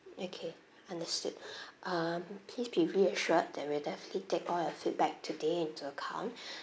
okay understood um please be reassured that we'll definitely take all your feedback today into account